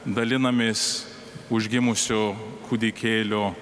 dalinamės užgimusio kūdikėlio